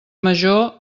major